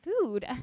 food